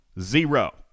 Zero